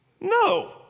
No